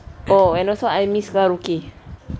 oh and also I miss karaoke